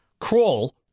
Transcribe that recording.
Crawl